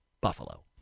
Buffalo